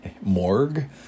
morgue